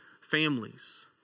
families